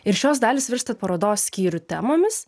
ir šios dalys virsta parodos skyrių temomis